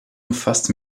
umfasst